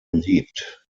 beliebt